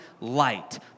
light